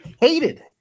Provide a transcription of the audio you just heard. Hated